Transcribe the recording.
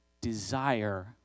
desire